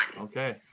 okay